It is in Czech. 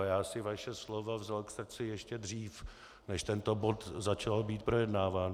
Já si vaše slova vzal k srdci ještě dřív, než tento bod začal být projednáván.